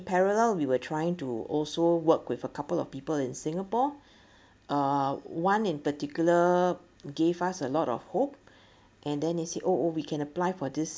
parallel we were trying to also work with a couple of people in singapore uh one in particular gave us a lot of hope and then he say oh we can apply for this